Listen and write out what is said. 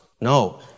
No